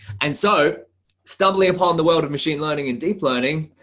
and so stumbling upon the world of machine learning and deep learning.